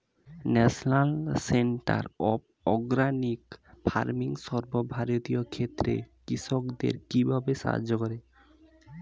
National centre of organic farming সর্বভারতীয় ক্ষেত্রে কৃষকদের কিভাবে সাহায্য করে?